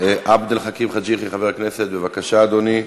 עבד אל חכים חאג' יחיא, חבר הכנסת, בבקשה, אדוני.